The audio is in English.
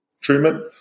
treatment